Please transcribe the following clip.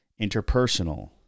interpersonal